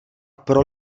pro